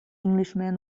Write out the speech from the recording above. englishman